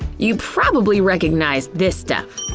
you probably recognize this stuff.